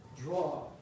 draw